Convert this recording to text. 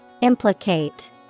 Implicate